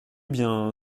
bien